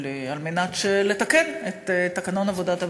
כדי לתקן את תקנון עבודת הממשלה,